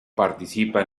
participa